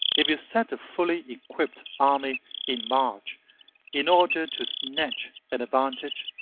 if you set a fully equipped army in march in order to snatch an advantage,